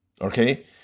okay